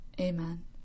Amen